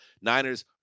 Niners